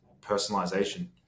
personalization